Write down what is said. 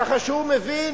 ככה שהוא מבין,